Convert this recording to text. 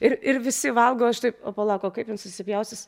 ir ir visi valgo aš taip o pala ko kaip jin susipjaustys